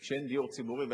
כי כשאין דיור ציבורי,